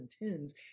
intends